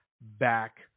back